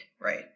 right